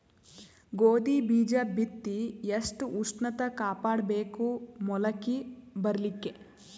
ಗೋಧಿ ಬೀಜ ಬಿತ್ತಿ ಎಷ್ಟ ಉಷ್ಣತ ಕಾಪಾಡ ಬೇಕು ಮೊಲಕಿ ಬರಲಿಕ್ಕೆ?